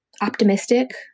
optimistic